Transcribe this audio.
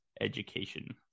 education